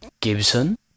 Gibson